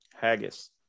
haggis